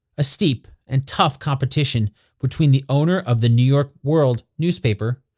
a steep and tough competition between the owner of the new york world newspaper,